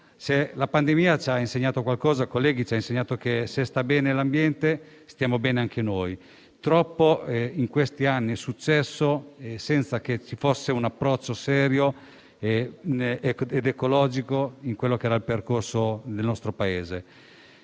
la pandemia ci ha insegnato qualcosa, colleghi, è proprio che, se sta bene l'ambiente, stiamo bene anche noi. Troppo in questi anni è successo senza che ci fosse un approccio serio ed ecologico al percorso del nostro Paese.